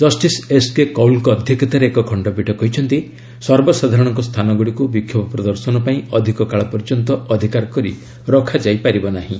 justice S K କଉଲ୍ଙ୍କ ଅଧ୍ୟକ୍ଷତାରେ ଏକ ଖଣ୍ଡପୀଠ କହିଛନ୍ତି ସର୍ବସାଧାରଣଙ୍କ ସ୍ଥାନଗୁଡ଼ିକୁ ବିକ୍ଷୋଭ ପ୍ରଦର୍ଶନ ପାଇଁ ଅଧିକ କାଳ ପର୍ଯ୍ୟନ୍ତ ଅଧିକାର କରି ରଖାଯାଇପାରିବ ନାହିଁ